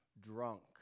drunk